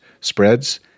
spreads